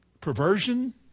Perversion